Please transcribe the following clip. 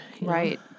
Right